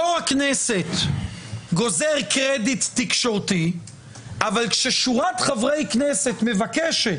יושב-ראש הכנסת גוזר קרדיט תקשורתי אבל כששורת חברי כנסת מבקשת,